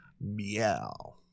Meow